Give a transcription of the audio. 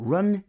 Run